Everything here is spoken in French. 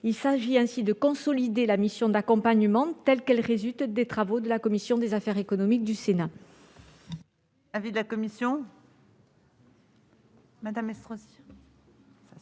Il s'agit ainsi de consolider le rôle de la mission d'accompagnement telle qu'il résulte des travaux de la commission des affaires économiques du Sénat.